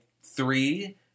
three